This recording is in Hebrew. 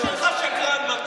ראש הממשלה שלך הוא שקרן, מתן.